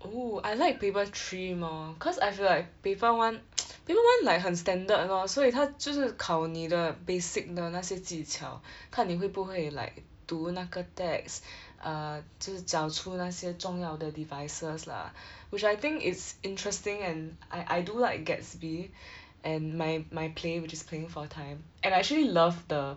oo I like paper three more cause I feel like paper one paper one like 很 standard lor 所以他就是考你的 basic 的那些技巧 看你会不会 like 读那个 text err 就是找出那些重要的 devices lah which I think it's interesting and I I do like Gatsby and my my play which is playing for time and I actually love the